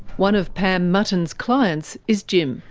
one of pam mutton's clients is jim.